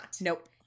Nope